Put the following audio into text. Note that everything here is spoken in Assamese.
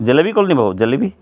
জেলেপী ক'লো নি বাও জেলেপী